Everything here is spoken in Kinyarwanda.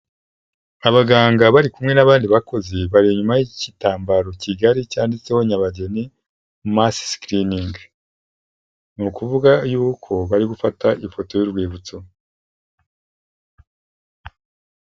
Abaganga bari kumwe n'abandi bakozi, bari inyuma y'igitambaro kigali cyanditseho Nyabageni mass screening, ni ukuvuga yuko bari gufata ifoto y'urwibutso.